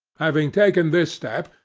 having taken this step,